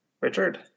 Richard